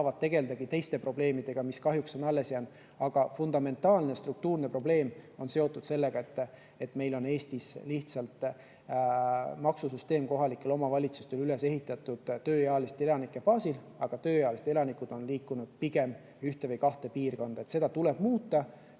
saavad tegeleda teiste probleemidega, mis kahjuks on alles jäänud. Aga fundamentaalne struktuurne probleem on seotud sellega, et meil on Eestis lihtsalt maksusüsteem, [maksude laekumine] kohalikele omavalitsustele üles ehitatud tööealiste elanike baasil, aga tööealised elanikud on liikunud pigem ühte või kahte piirkonda. Seda tuleb muuta,